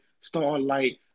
Starlight